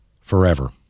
forever